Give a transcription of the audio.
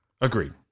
Agreed